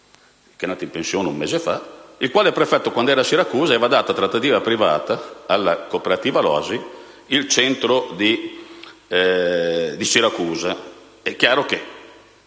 che è andato in pensione un mese fa. Detto prefetto, quand'era a Siracusa, aveva dato a trattativa privata alla cooperativa "L'Oasi" il centro di Siracusa. Chiaramente